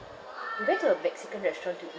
we went to a mexican restaurant to be